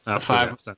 Five